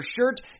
shirt